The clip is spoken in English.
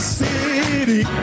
city